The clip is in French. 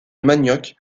manioc